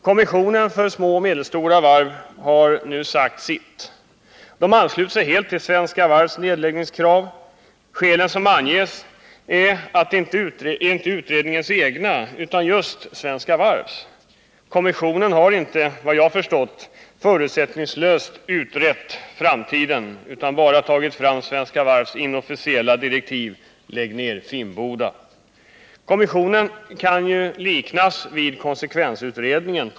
Kommissionen för små och medelstora varv har nu sagt sitt och ansluter sig helt till Svenska Varvs nedläggningskrav. Skälen som anges är inte utredningens egna, utan just Svenska Varvs. Kommissionen har inte, enligt vad jag har förstått, förutsättningslöst utrett framtiden, utan bara tagit fram Svenska Varvs inofficiella direktiv: Lägg ner Finnboda. Kommissionen kan ju på sitt sätt liknas vid konsekvensutredningen.